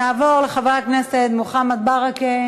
נעבור לחבר הכנסת מוחמד ברכה